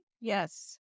Yes